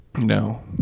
No